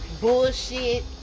bullshit